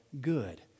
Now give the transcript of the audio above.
good